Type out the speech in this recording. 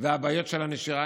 והבעיות של הנשירה.